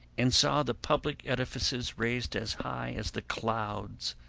and saw the public edifices raised as high as the clouds,